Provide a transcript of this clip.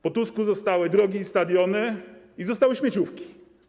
Po Tusku zostały drogi i stadiony i zostały śmieciówki.